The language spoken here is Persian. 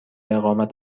اقامت